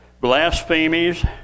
blasphemies